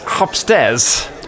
upstairs